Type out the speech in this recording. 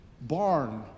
barn